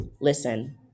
listen